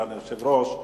סגן היושב-ראש,